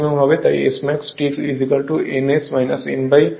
তাই Smax Tn S nn S হয়